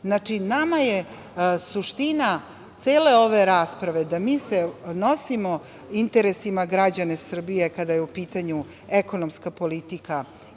nama je suština cele ove rasprave da se mi nosimo interesima građana Srbije, kada je u pitanju ekonomska politika